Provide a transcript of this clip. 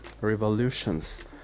revolutions